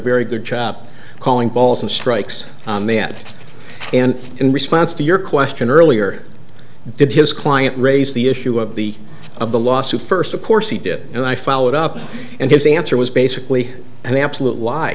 very good job calling balls and strikes on the at and in response to your question earlier did his client raise the issue of the of the lawsuit first of course he did and i followed up and his answer was basically an absolute